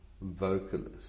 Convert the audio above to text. vocalist